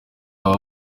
aba